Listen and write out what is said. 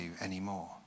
anymore